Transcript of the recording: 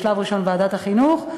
בשלב ראשון בוועדת החינוך,